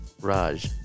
Raj